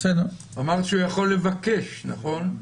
אמרת שהוא יכול לבקש, נכון?